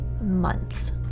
months